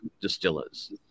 distillers